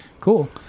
Cool